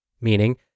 meaning